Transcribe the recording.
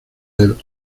del